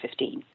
2015